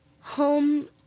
home